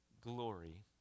glory